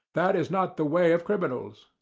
that is not the way of criminals.